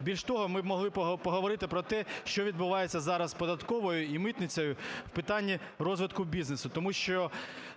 Більше того, ми б могли поговорити про те, що відбувається зараз з податковою і митницею в питанні розвитку бізнесу. Тому що